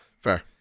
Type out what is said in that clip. Fair